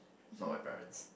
not my parents